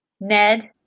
Ned